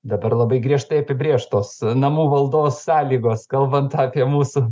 dabar labai griežtai apibrėžtos namų valdos sąlygos kalbant apie mūsų